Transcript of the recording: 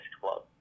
Club